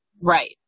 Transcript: Right